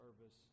service